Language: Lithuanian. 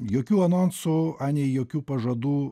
jokių anonsų anei jokių pažadų